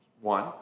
one